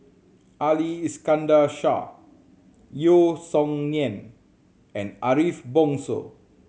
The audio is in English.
Ali Iskandar Shah Yeo Song Nian and Ariff Bongso